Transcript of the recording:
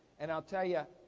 and i'll tell ya,